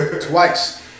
Twice